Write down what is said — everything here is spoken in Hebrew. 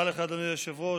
תודה לך, אדוני היושב-ראש.